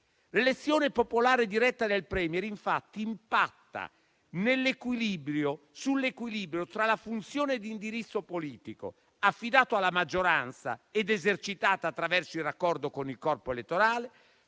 L'elezione popolare diretta del *Premier* impatta infatti sull'equilibrio tra la funzione di indirizzo politico, affidata alla maggioranza ed esercitata attraverso il raccordo con corpo elettorale,